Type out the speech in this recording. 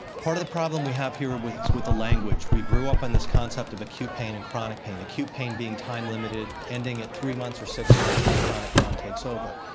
part of the problem we have here is with the language. we grew up on this concept of acute pain and chronic pain, acute pain being time-limited, ending at three months or six months, and then chronic pain takes over.